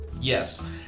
Yes